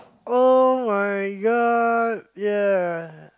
oh-my-god ya